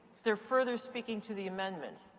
is there further speaking to the amendment?